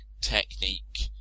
technique